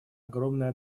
огромная